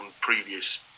previous